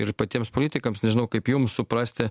ir patiems politikams nežinau kaip jums suprasti